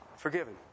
Forgiven